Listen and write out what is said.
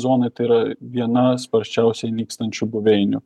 zonoj tai yra viena sparčiausiai nykstančių buveinių